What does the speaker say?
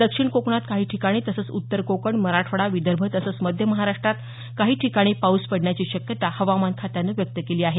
दक्षिण कोकणात काही ठिकाणी तसंच उत्तर कोकण मराठवाडा विदर्भ तसंच मध्य महाराष्ट्रात काही ठिकाणी पाऊस पडण्याची शक्यता हवामान खात्यानं व्यक्त केली आहे